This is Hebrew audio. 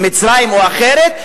במצרים או אחרת,